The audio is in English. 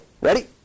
Ready